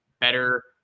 better